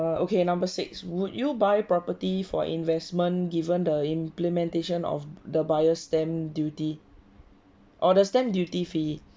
okay number six would you buy property for investment given the implementation of the buyer's stamp duty or the stamp duty fee